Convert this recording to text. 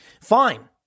Fine